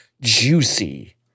juicy